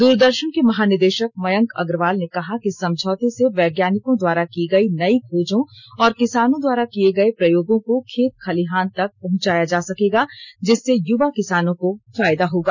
दूरदर्शन के महानिदेशक मयंक अग्रवाल ने कहा कि समझौते से वैज्ञानिकों द्वारा को गई नई खोजों और किसानों द्वारा किए गए प्रयोगों को खेत खलिहान तक पहंचाया जा सकेगा जिससे युवा किसानों को फायदा होगा